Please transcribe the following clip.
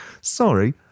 Sorry